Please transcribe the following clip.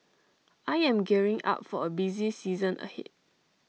I am gearing up for A busy season ahead